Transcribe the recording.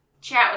chat